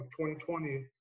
2020